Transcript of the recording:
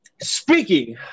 Speaking